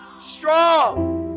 strong